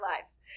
lives